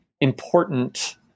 important